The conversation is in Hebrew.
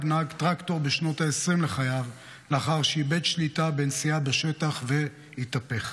נהג טרקטור בשנות העשרים לחייו לאחר שאיבד שליטה בנסיעה בשטח והתהפך.